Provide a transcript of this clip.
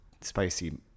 Spicy